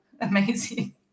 amazing